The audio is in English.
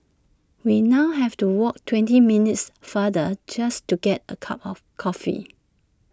we now have to walk twenty minutes farther just to get A cup of coffee